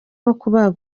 kubaga